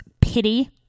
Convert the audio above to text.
pity